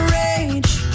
rage